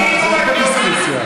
אין פה דיסקוסיה.